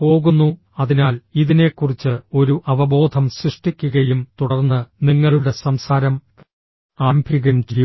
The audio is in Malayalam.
പോകുന്നു അതിനാൽ ഇതിനെക്കുറിച്ച് ഒരു അവബോധം സൃഷ്ടിക്കുകയും തുടർന്ന് നിങ്ങളുടെ സംസാരം ആരംഭിക്കുകയും ചെയ്യുക